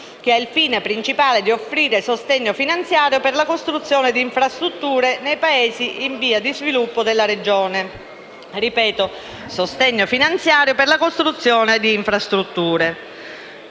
che ha il fine principale di offrire sostegno finanziario per la costruzione di infrastrutture nei Paesi in via di sviluppo della regione. Ripeto: sostegno finanziario per la costruzione di infrastrutture.